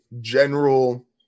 general